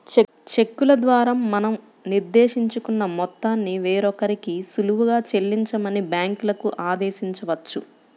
చెక్కుల ద్వారా మనం నిర్దేశించుకున్న మొత్తాన్ని వేరొకరికి సులువుగా చెల్లించమని బ్యాంకులకి ఆదేశించవచ్చు